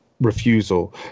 refusal